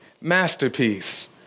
masterpiece